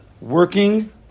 working